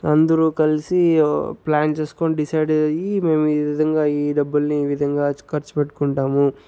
అందరూ కలిసి ప్లాన్ చేసుకోని డిసైడ్ అయ్యి మేము ఈవిధంగా ఈ డబ్బుల్ని ఈవిధంగా ఖర్చు పెట్టుకుంటాము